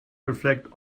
reflect